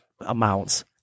amounts